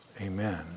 amen